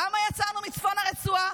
למה יצאנו מצפון הרצועה,